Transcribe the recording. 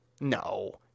no